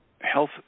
health